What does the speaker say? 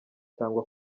cyangwa